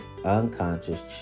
Unconscious